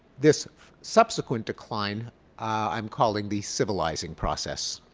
this subsequent decline i'm calling the civilizing process.